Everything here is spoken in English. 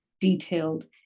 detailed